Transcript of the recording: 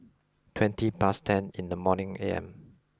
twenty past ten in the morning A M